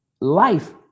life